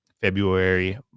February